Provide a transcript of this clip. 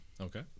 Okay